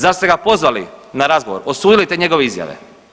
Zašto ste ga pozvali na razgovor, osudili te njegove izjave?